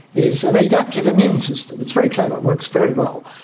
is an adaptive immune system. it's very clever, it works very well,